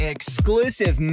Exclusive